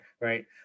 right